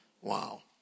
Wow